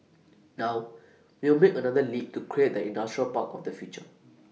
now we'll make another leap to create the industrial park of the future